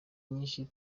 nyinshi